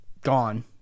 gone